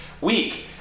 week